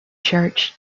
church